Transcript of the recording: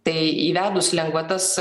tai įvedus lengvatas